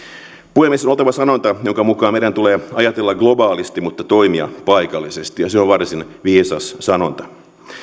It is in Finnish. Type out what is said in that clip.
puhemies on olemassa sanonta jonka mukaan meidän tulee ajatella globaalisti mutta toimia paikallisesti ja se on varsin viisas sanonta